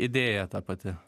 idėja ta pati